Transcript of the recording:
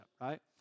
right